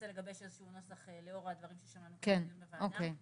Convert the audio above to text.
לגבש נוסח לאור הדברים ששמענו כאן בדיון בוועדה.